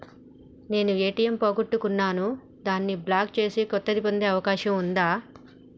నేను ఏ.టి.ఎం పోగొట్టుకున్నాను దాన్ని బ్లాక్ చేసి కొత్తది పొందే అవకాశం ఉందా?